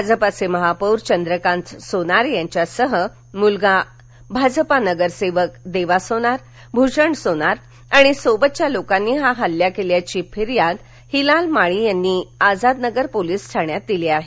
भाजपाचे महापौर चंद्रकांत सोनार यांच्यासह मुलगा भाजपा नगरसेवक देवा सोनार भुषण सोनार आणि सोबतच्या लोकांनी हा हल्ला केल्याची फिर्याद हिलाल माळी यांनी आझादनगर पोलिस ठाण्यात दिली आहे